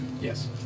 Yes